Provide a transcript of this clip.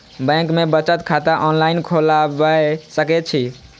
Bank में बचत खाता ऑनलाईन खोलबाए सके छी?